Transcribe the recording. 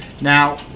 now